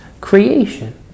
creation